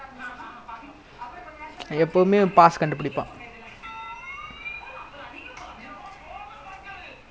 ya no ஏனா அவன் வந்து தன்னிலை என்னக்கு:yaenaa avan vanthu thannilai ennakku like you know when turn right legit damn hard defend like cannot [one] legit